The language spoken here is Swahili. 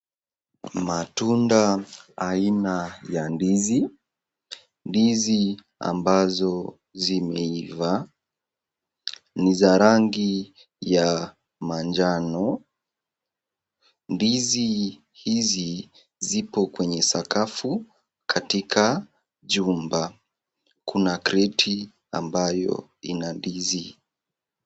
Matunda aina ya ndizi , ndizi ambazo zimeiva ni za rangi ya manjano ndizi hizi zipo kwenye sakafu katika jumba kuna crati ambayo ina ndizi .